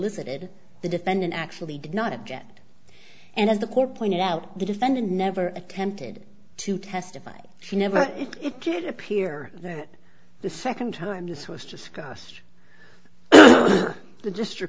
elicited the defendant actually did not object and as the core pointed out the defendant never attempted to testify she never did appear that the second time this was discussed the district